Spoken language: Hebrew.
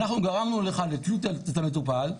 גורמים לו לתלות אצל המטופל,